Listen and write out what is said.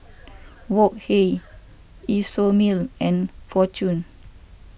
Wok Hey Isomil and fortune